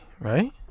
right